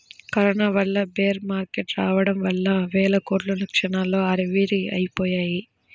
corona వల్ల bear market రావడం వల్ల వేల కోట్లు క్షణాల్లో ఆవిరయ్యాయి